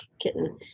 kitten